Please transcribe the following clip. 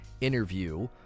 interview